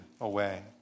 away